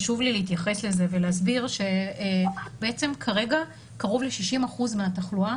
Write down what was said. חשוב לי להתייחס לזה ולהסביר שבעצם כרגע קרוב ל-60% מהתחלואה